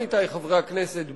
עמיתי חברי הכנסת,